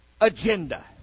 agenda